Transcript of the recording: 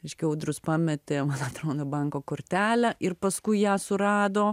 reiškia audrius pametė man atrodo banko kortelę ir paskui ją surado